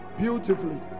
beautifully